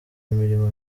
imirimo